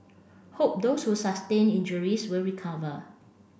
hope those who sustained injuries will recover